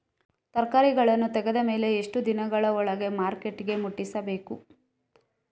ತರಕಾರಿಗಳನ್ನು ತೆಗೆದ ಮೇಲೆ ಎಷ್ಟು ದಿನಗಳ ಒಳಗೆ ಮಾರ್ಕೆಟಿಗೆ ಮುಟ್ಟಿಸಬೇಕು?